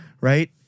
right